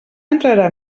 entrarà